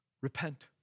Repent